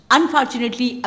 Unfortunately